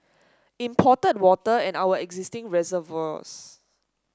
imported water and our existing reservoirs